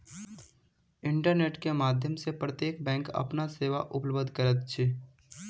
internet के माध्यम सॅ प्रत्यक्ष बैंक अपन सेवा उपलब्ध करैत अछि